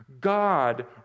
God